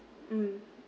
mm